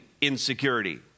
insecurity